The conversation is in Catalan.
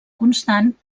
constant